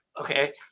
Okay